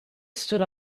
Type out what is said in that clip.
stood